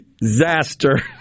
disaster